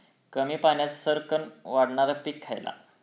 कमी पाण्यात सरक्कन वाढणारा पीक खयला?